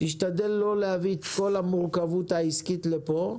תשתדל לא להביא את כל המורכבות העסקית לפה,